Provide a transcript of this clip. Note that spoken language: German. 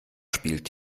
spielt